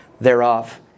thereof